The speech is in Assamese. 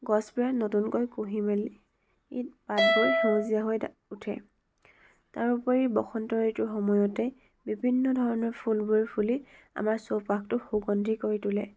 গছবোৰে নতুনকৈ কুঁহি মেলি পাতবোৰ সেউজীয়া হৈ উঠে তাৰোপৰি বসন্ত ঋতুৰ সময়তে বিভিন্ন ধৰণৰ ফুলবোৰ ফুলি আমাৰ চৌপাশটো সুগন্ধি কৰি তোলে